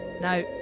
Now